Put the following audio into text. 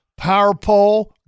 PowerPole